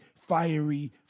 fiery